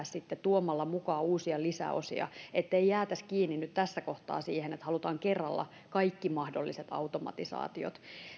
sitten tuomalla mukaan uusia lisäosia ettei jäätäisi kiinni nyt tässä kohtaa siihen että halutaan kerralla kaikki mahdolliset automatisaatiot